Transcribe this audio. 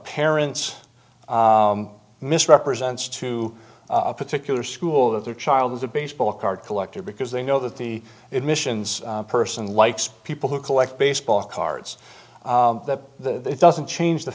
parents misrepresents to a particular school that their child is a baseball card collector because they know that the admissions person likes people who collect baseball cards that the it doesn't change the